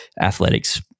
athletics